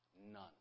None